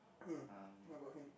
mm what about him